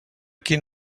quin